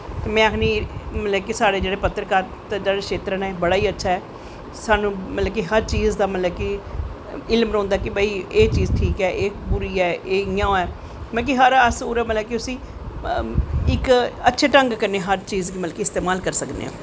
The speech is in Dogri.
ते में आखनीं कि मतलव कि साढ़े जेह्ड़े पत्तरकार दे क्षेत्र बड़ा ही अच्छा ऐ साह्नू हर चीज़ दा मतलव कि इलम रौंह्दा कि एह् चीज़ ठीक ऐ एह् बुरी ऐ एह् इयां ऐ मतलव कि हर अस उसी इक अच्छे ढंग कन्नैं हर चीज़ गी इस्तेमालल करी सकने आं